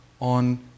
on